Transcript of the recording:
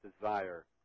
desire